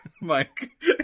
Mike